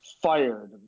fired